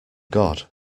god